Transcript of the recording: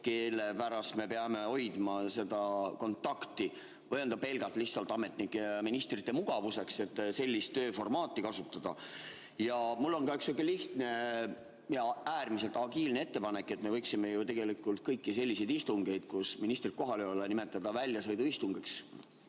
kelle pärast me peame hoidma seda [distantsi]? Või on see pelgalt ametnike ja ministrite mugavus, et sellist tööformaati kasutatakse? Mul on ka üks sihuke lihtne ja äärmiselt agiilne ettepanek, et me võiksime ju tegelikult kõiki selliseid istungeid, kus ministrit kohal ei ole, nimetada väljasõiduistungiteks,